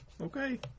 Okay